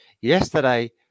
Yesterday